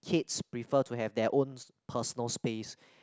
kids prefer to have their own personal space